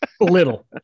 little